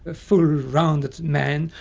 ah full, rounded man,